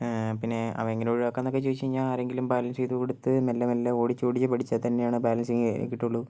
പിന്നെ അവ എങ്ങനെ ഒഴിവാക്കാം എന്നൊക്കെ ചോദിച്ചു കഴിഞ്ഞാൽ ആരെങ്കിലും ബാലൻസ് ചെയ്തു കൊടുത്ത് മെല്ലെ മെല്ലെ ഓടിച്ചോടിച്ച് പഠിച്ചാൽ തന്നെയാണ് ബാലൻസിംഗ് കിട്ടുകയുള്ളൂ